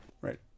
Right